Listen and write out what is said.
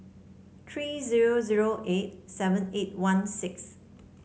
three zero zero eight seven eight one six